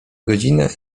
godzinę